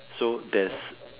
so there's